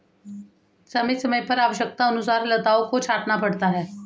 समय समय पर आवश्यकतानुसार लताओं को छांटना पड़ता है